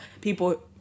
people